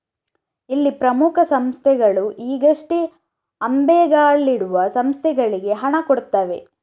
ಇಲ್ಲಿ ಪ್ರಮುಖ ಸಂಸ್ಥೆಗಳು ಈಗಷ್ಟೇ ಅಂಬೆಗಾಲಿಡುವ ಸಂಸ್ಥೆಗಳಿಗೆ ಹಣ ಕೊಡ್ತವೆ